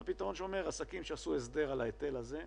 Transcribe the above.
אלא פתרון שאומר: עסקים שעשו הסדר על ההיטל הזה,